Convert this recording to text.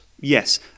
Yes